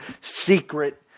secret